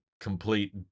complete